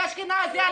על אשכנזי,